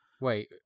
Wait